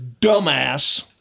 dumbass